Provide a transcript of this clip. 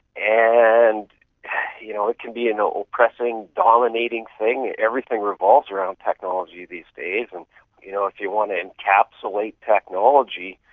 and you know it can be an ah oppressing, dominating thing. everything revolves around technology these days, and you know if you want to encapsulate technology,